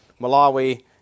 Malawi